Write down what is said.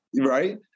Right